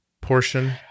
portion